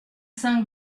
cinq